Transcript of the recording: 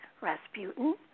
Rasputin